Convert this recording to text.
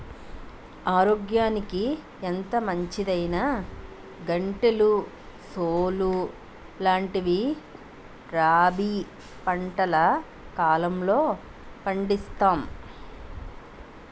ఆరోగ్యానికి ఎంతో మంచిదైనా గంటెలు, సోలు లాంటివి రబీ పంటల కాలంలో పండిస్తాం